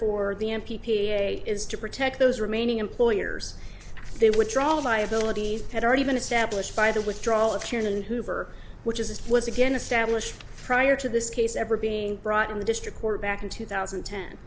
for the m p p a is to protect those remaining employers they withdraw liabilities had already been established by the withdrawal of chairman hoover which is this was again established prior to this case ever being brought in the district court back in two thousand and ten